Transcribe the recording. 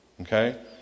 Okay